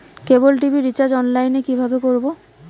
কেবল TV recharge online এ কিভাবে করব?